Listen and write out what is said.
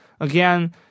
Again